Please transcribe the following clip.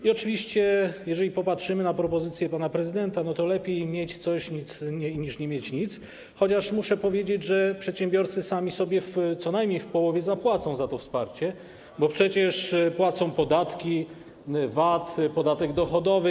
I oczywiście, jeśli popatrzymy na propozycję pana prezydenta, lepiej mieć coś niż nie mieć nic, chociaż muszę powiedzieć, że przedsiębiorcy sami sobie co najmniej w połowie zapłacą za to wsparcie, bo przecież płacą podatki: VAT, podatek dochodowy.